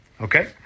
Okay